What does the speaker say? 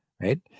right